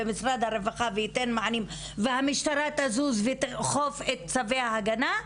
משרד הרווחה ייתן מענים והמשטרה תזוז ותאכוף את צווי ההגנה,